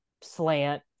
slant